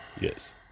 yes